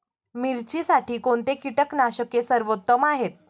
मिरचीसाठी कोणते कीटकनाशके सर्वोत्तम आहे?